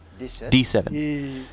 D7